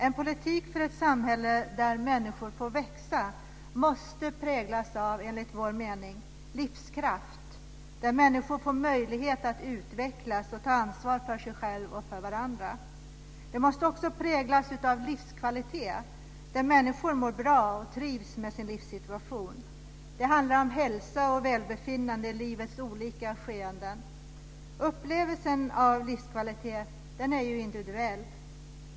En politik för ett samhälle där människor får växa måste enligt vår mening präglas av livskraft, där människor får möjligheter att utvecklas och ta ansvar för sig själva och för varandra. Den måste också präglas av livskvalitet, som gör att människor mår bra och trivs med sin livssituation. Det handlar om hälsa och välbefinnande i livets olika skeden. Upplevelsen av livskvalitet är ju individuell.